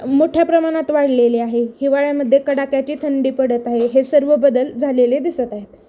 मोठ्या प्रमाणात वाढलेले आहे हिवाळ्यामध्ये कडाक्याची थंडी पडत आहे हे सर्व बदल झालेले दिसत आहेत